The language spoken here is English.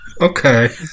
Okay